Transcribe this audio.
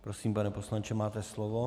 Prosím, pane poslanče, máte slovo.